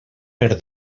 per